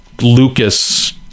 lucas